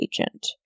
agent